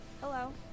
Hello